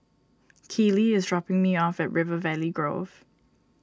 Keely is dropping me off at River Valley Grove